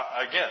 Again